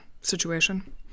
situation